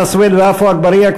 חנא סוייד ועפו אגבאריה,